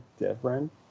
different